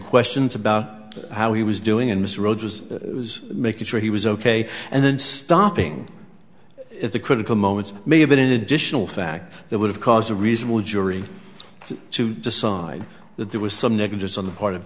questions about how he was doing in this road was making sure he was ok and then stopping at the critical moments may have been an additional fact that would have caused a reasonable jury to decide that there was some negligence on the part of